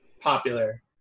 popular